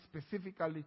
specifically